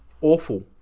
Awful